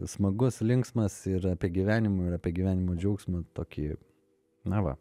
smagus linksmas ir apie gyvenimą ir apie gyvenimo džiaugsmą tokį na va